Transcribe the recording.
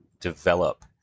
develop